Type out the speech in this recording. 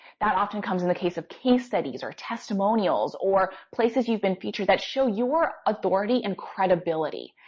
that often comes in the case of case studies or testimonials, or places you've been featured that show your authority and credibility.